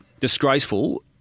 disgraceful